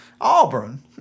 Auburn